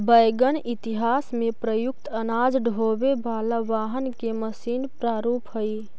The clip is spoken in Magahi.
वैगन इतिहास में प्रयुक्त अनाज ढोवे वाला वाहन के मशीन प्रारूप हई